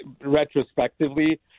retrospectively